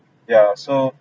yeah so